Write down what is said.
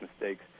mistakes